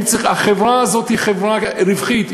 החברה הזאת היא חברה רווחית,